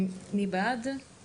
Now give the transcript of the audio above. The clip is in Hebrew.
מי בעד, מי נגד?